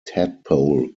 tadpole